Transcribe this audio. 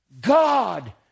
God